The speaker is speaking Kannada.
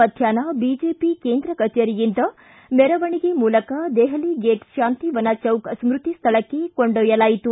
ಮಧ್ಯಾಪ್ನ ಬಿಜೆಪಿ ಕೇಂದ್ರ ಕಚೇರಿಯಿಂದ ಮೆರವಣಿಗೆ ಮೂಲಕ ದೆಹಲಿ ಗೆಟ್ ಶಾಂತಿವನ ಚೌಕ್ ಸ್ಕತಿ ಸ್ಕಳಕ್ಕೆ ಕೊಂಡೊಯ್ಕಲಾಯಿತು